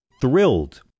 thrilled